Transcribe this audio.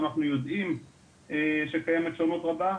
אנחנו יודעים שקיימת שונות רבה,